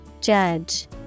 Judge